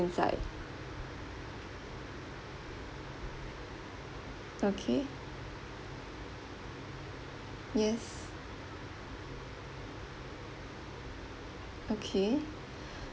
inside okay yes okay